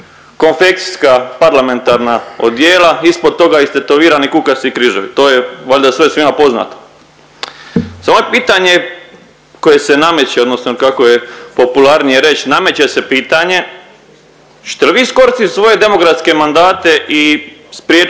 Konfekcijska parlamentarna odijela, ispod toga istetovirani kukasti križevi to je valjda sve svima poznato. Samo je pitanje koje se nameće ili kako je popularnije reć nameće se pitanje hoćete li vi iskoristiti svoje demokratske mandate i spriječit